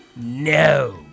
No